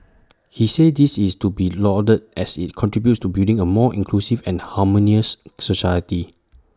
he said this is to be lauded as IT contributes to building A more inclusive and harmonious society